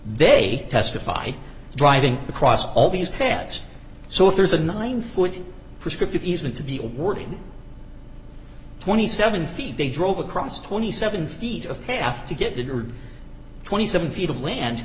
they testify driving across all these pets so if there's a nine foot prescriptive easement to be working twenty seven feet they drove across twenty seven feet of half to get it or twenty seven feet of land